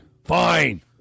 Fine